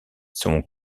son